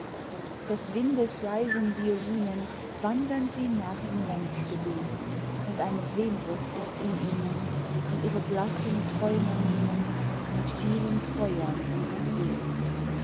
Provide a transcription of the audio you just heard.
des windes leisen violinen wandern sie nach im lenzgebet und eine sehnsucht ist in ihnen die ihre blassen träumermienen mit vielen feuern überweht